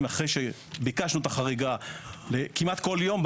אחרי שביקשנו את החריגה כמעט כל יום,